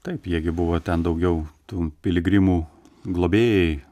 taip jie gi buvo ten daugiau tų piligrimų globėjai